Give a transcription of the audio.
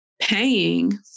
paying